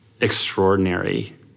extraordinary